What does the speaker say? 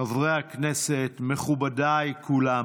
חברי הכנסת, מכובדיי כולם,